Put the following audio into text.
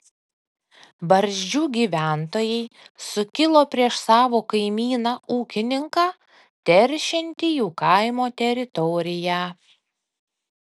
barzdžių gyventojai sukilo prieš savo kaimyną ūkininką teršiantį jų kaimo teritoriją